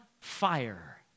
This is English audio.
fire